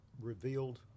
revealed